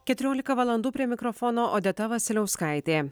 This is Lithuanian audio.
keturiolika valandų prie mikrofono odeta vasiliauskaitė